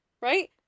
right